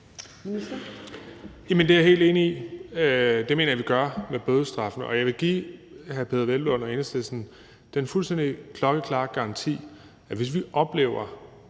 det er jeg helt enig i, og det mener jeg at vi gør med bødestraffen. Og jeg vil give hr. Peder Hvelplund og Enhedslisten den fuldstændig klokkeklare garanti, at hvis vi oplever,